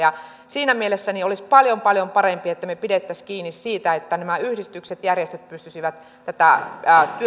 siinä mielessä olisi paljon paljon parempi että me pitäisimme kiinni siitä että nämä yhdistykset ja järjestöt pystyisivät tätä